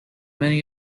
many